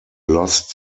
lost